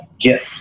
get